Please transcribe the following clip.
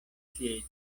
sieĝas